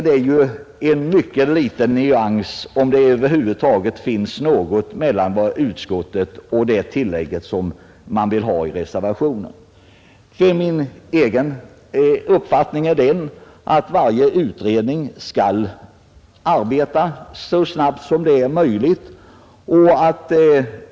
Det är en mycket liten, om ens någon, nyansskillnad mellan vad utskottet föreslår och det tillägg reservanterna vill göra. Min egen uppfattning är att varje utredning skall arbeta så snabbt som möjligt.